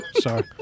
Sorry